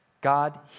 God